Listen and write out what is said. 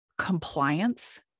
compliance